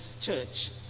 church